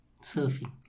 Surfing